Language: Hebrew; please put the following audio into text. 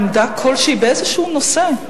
עמדה כלשהי באיזה נושא,